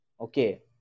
Okay